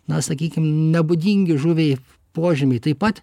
na sakykim nebūdingi žuviai požymiai taip pat